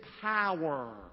power